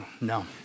No